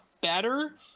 better